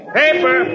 paper